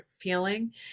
feeling